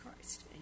Christ